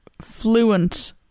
fluent